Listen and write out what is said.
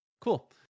Cool